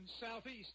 Southeast